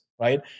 right